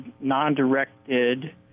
non-directed